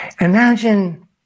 Imagine